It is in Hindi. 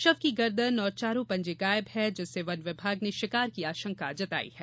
शव की गर्दन और चारो पंजे गायब है जिससे वन विभाग ने शिकार की आशंका जताई है